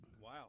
Wow